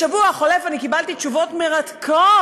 בשבוע החולף קיבלתי תשובות מרתקות